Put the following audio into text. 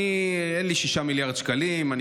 6 מיליארד שקלים שתוכננו בסעיף ההכנסות.